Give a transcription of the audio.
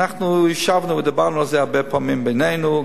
אנחנו ישבנו ודיברנו על זה הרבה פעמים בינינו,